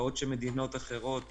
בעוד שמדינות אחרות